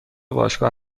باشگاه